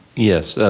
yes,